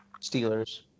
Steelers